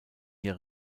hier